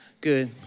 Good